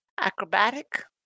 Acrobatic